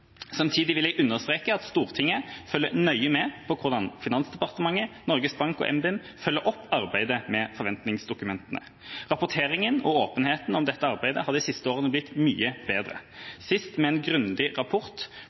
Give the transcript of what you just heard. Samtidig vil jeg understreke at Stortinget følger nøye med på hvordan Finansdepartementet, Norges Bank og NBIM følger opp arbeidet med forventningsdokumentene. Rapporteringen og åpenheten om dette arbeidet har de siste årene blitt mye bedre – sist med en grundig rapport